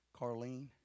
Carlene